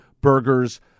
burgers